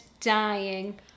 dying